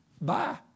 Bye